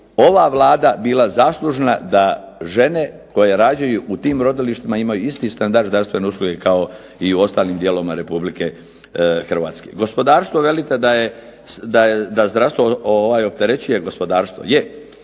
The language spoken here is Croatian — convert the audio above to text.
ova Vlada bila zaslužna da žene koje rađaju u tim rodilištima imaju isti standard zdravstvene usluge kao i u ostalim dijelovima Republike Hrvatske. Gospodarstvo velite da je, da zdravstvo opterećuje gospodarstvo.